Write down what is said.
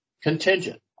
contingent